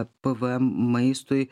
pvm maistui